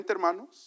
hermanos